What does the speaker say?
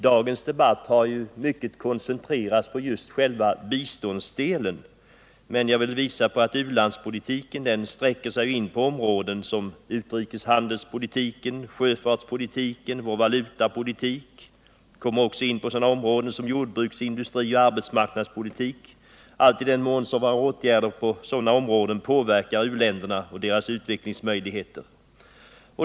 Dagens debatt har mycket koncentrerats på själva biståndsdelen, men jag vill framhålla att u-landspolitiken också sträcker sig in på områden som utrikespolitik, sjöfartspolitik och valutapolitik liksom jordbruks-, industrioch arbetsmarknadspolitik, allt i den mån våra åtgärder på sådana områden påverkar u-länderna och deras utvecklingsmöjligheter.